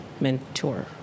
Mentor